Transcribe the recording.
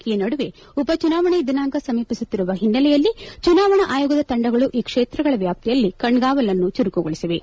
ಈ ನಡುವೆ ಉಪಚುನಾವಣೆ ದಿನಾಂಕ ಸಮೀಪಿಸುತ್ತಿರುವ ಹಿನ್ನೆಲೆಯಲ್ಲಿ ಚುನಾವಣಾ ಆಯೋಗದ ತಂಡಗಳು ಈ ಕ್ಷೇತ್ರಗಳ ವ್ಯಾಪ್ತಿಯಲ್ಲಿ ಕಣ್ಗಾವಲನ್ನು ಚುರುಕುಗೊಳಿಸಿವೆ